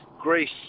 Greece